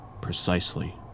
Precisely